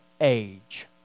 age